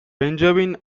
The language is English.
benjamin